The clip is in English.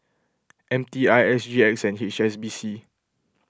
M T I S G X and H S B C